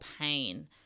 pain